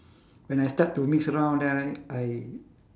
when I start to mix around then I I